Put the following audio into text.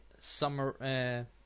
summer